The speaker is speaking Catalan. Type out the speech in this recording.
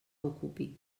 ocupi